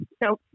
no